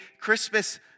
Christmas